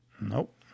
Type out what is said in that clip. Nope